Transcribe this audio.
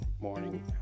morning